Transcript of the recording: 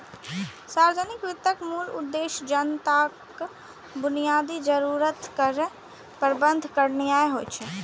सार्वजनिक वित्तक मूल उद्देश्य जनताक बुनियादी जरूरत केर प्रबंध करनाय होइ छै